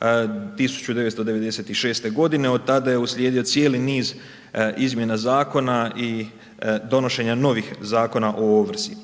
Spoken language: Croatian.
1996.g., od tada je uslijedio cijeli niz izmjena zakona i donošenja novih Zakona o ovrsi.